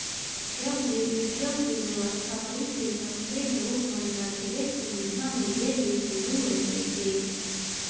जब ले ए.टी.एम के बेवस्था होइसे तब ले लोग मन ल ढेरेच सुबिधा मिले ले सुरू होए गइसे